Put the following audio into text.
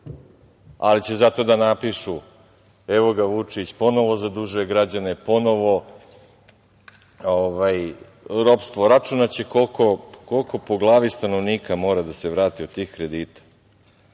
ali će zato da napišu – evo ga Vučić, ponovo zadužuje građane, ponovo ropstvo, računaće koliko po glavi stanovnika mora da se vrati od tih kredita. Ja